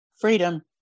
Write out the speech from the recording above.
Freedom